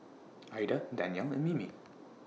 Aida Danielle and Mimi